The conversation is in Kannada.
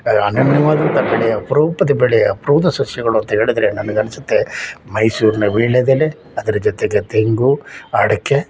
ಅನನ್ಯವಾದಂಥ ಬೆಳೆ ಅಪ್ರೂಪದ ಬೆಳೆ ಅಪ್ರೂಪದ ಸಸ್ಯಗಳು ಅಂತ ಹೇಳಿದ್ರೆ ನನ್ಗೆ ಅನಿಸುತ್ತೆ ಮೈಸೂರಿನ ವೀಳ್ಯದೆಲೆ ಅದ್ರ ಜೊತೆಗೆ ತೆಂಗು ಅಡಿಕೆ